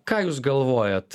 ką jūs galvojat